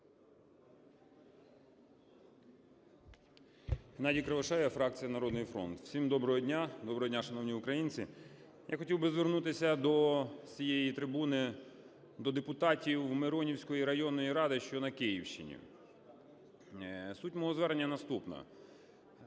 Геннадій Кривошея, фракція "Народний фронт". Всім доброго дня, доброго дня, шановні українці! Я хотів би звернутися з цієї трибуни до депутатів Миронівської районної ради, що на Київщині. Суть мого звернення наступна.